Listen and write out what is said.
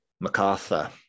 MacArthur